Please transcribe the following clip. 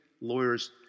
lawyers